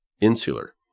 Insular